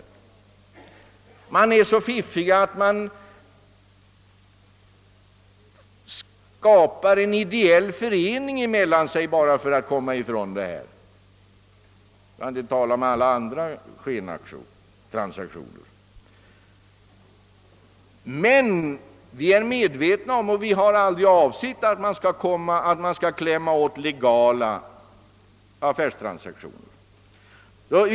Det förekommer att man är så fiffig, att man bildar en ideell förening bara för att komma ifrån denna skatt — för att inte tala om alla andra skentransaktioner. Vi har aldrig avsett att klämma åt legala affärstransaktioner.